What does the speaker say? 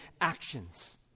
actions